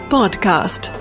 Podcast